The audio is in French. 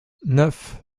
neuf